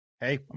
hey